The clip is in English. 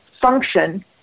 function